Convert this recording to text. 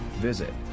visit